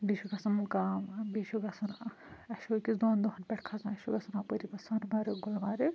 بیٚیہِ چھُ گَژھُن مُقام بیٚیہِ چھُ گَژھُن اَکھ اسہِ أکِس دۄن دۄہَن پٮ۪ٹھ کھَسُن اسہِ چھُ گَژھُن اَپٲری پتہِ سۄنہٕ مرگ گُلمرگ